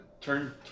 turn